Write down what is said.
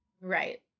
right